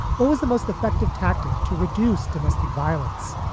what was the most effective tactic to reduce domestic violence?